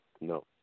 No